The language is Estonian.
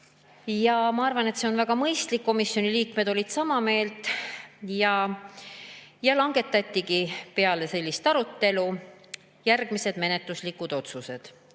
Ma arvan, et see on väga mõistlik. Komisjoni liikmed olid sama meelt. Ja langetatigi peale sellist arutelu järgmised menetluslikud otsused.